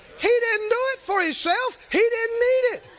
he didn't do it for himself, he didn't need it.